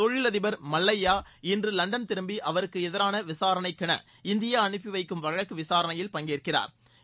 தொழிலதிபர் மல்லய்யா இன்று லண்டன் திரும்பி அவருக்கு எதிரான விசாரணைக்கென இந்தியா அனுப்பி வைக்கும் வழக்கு விசாரணையில் பங்கேற்கிறாா்